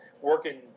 working